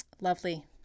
lovely